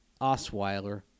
Osweiler